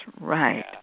right